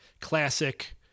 classic